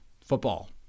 football